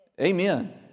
Amen